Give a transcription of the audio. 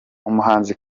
umuhanzi